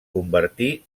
convertí